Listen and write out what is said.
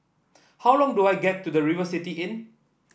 how long do I get to the River City Inn